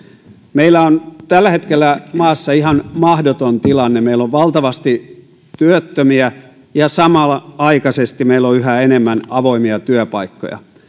meillä on tällä hetkellä maassa ihan mahdoton tilanne meillä on valtavasti työttömiä ja samanaikaisesti meillä on yhä enemmän avoimia työpaikkoja